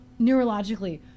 neurologically